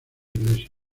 iglesia